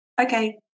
okay